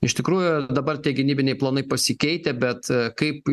iš tikrųjų dabar tie gynybiniai planai pasikeitę bet kaip